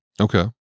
Okay